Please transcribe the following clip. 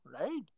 right